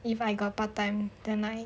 if I got part time that night